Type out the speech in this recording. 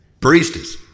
Baristas